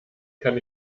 kann